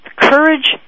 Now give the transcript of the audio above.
Courage